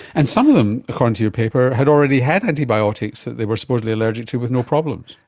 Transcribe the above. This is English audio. and some of them, according to your paper, had already had antibiotics that they were supposedly allergic to with no problems.